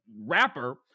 rapper